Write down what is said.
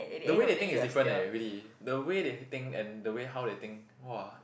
the way they think is different eh really the way they think and the way how they think !wah!